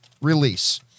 release